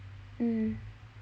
mhm